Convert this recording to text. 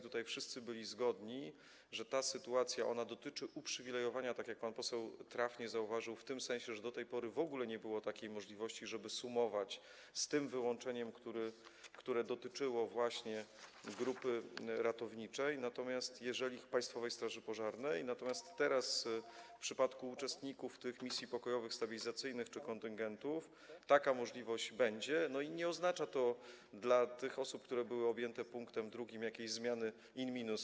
Tutaj wszyscy byli zgodni co do tego, że ta sytuacja dotyczy uprzywilejowania, tak jak pan poseł trafnie zauważył, w tym sensie, że do tej pory w ogóle nie było możliwości, żeby to sumować - z wyłączeniem, które dotyczyło właśnie grupy ratowniczej Państwowej Straży Pożarnej - natomiast teraz w przypadku uczestników tych misji pokojowych, stabilizacyjnych czy kontyngentów taka możliwość będzie i nie oznacza to dla tych osób, które były objęte pkt 2, jakiejś zmiany in minus.